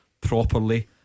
Properly